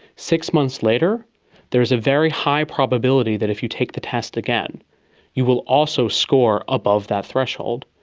six months later there's a very high probability that if you take the test again you will also score above that threshold.